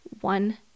one